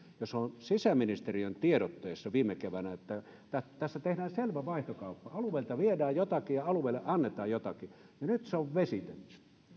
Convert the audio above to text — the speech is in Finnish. se on ollut sisäministeriön tiedotteessa viime keväänä että tässä tehdään selvä vaihtokauppa alueelta viedään jotakin ja alueelle annetaan jotakin niin nyt se on vesitetty